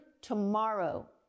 tomorrow